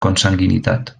consanguinitat